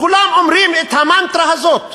כולם אומרים את המנטרה הזאת,